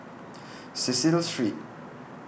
Cecil Street